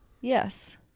Yes